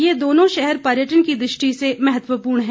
ये दोनों शहर पर्यटन की दृष्टि से महत्वपूर्ण हैं